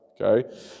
okay